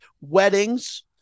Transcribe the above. weddings